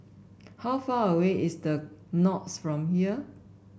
how far away is The Knolls from here